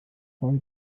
freude